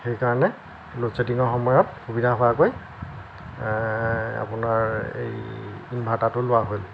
সেইকাৰণে ল'ড ছেডিঙৰ সময়ত সুবিধা হোৱাকৈ আপোনাৰ এই ইনভাৰ্টাৰটো লোৱা হ'ল